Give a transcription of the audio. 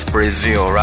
Brazil